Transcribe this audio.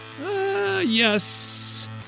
Yes